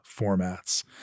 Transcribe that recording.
formats